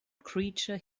creature